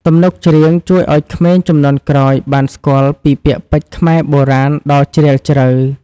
ទំនុកច្រៀងជួយឱ្យក្មេងជំនាន់ក្រោយបានស្គាល់ពីពាក្យពេចន៍ខ្មែរបុរាណដ៏ជ្រាលជ្រៅ។